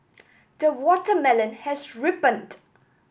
the watermelon has ripened